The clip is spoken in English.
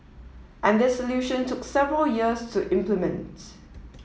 and this solution took several years to implement